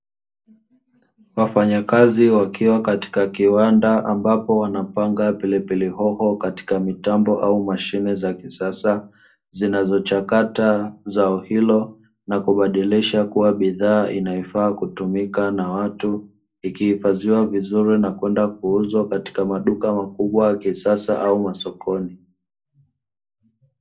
Wafanyakazi wakiwa katika kiwanda ambapo wanapanga pilipili hoho katika mitambo au mashine za kisasa, zinazochakata zao hilo na kubadilisha kuwa bidhaa inayofaa kutumika na watu, ikihifadhiwa vizuri na kwenda kuuzwa katika maduka makubwa ya kisasa au masokoni.